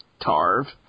Tarv